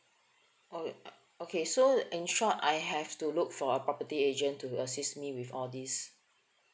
oh okay so in short I have to look for a property agent to assist me with all these